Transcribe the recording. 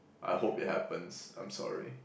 I hope it happens I'm sorry